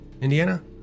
Indiana